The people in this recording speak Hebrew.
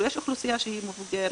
יש אוכלוסייה מבוגרת,